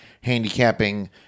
handicapping